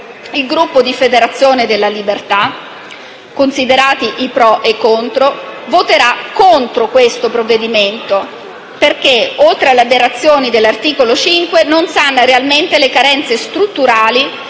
Il Gruppo di Federazione della Libertà, considerati i pro e i contro, voterà contro il provvedimento in esame, perché, oltre alle aberrazioni dell'articolo 5, non sana realmente le carenze strutturali